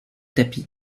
tapis